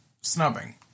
snubbing